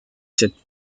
cette